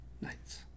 nights